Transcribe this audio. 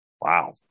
Wow